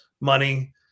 money